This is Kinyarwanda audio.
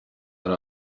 hari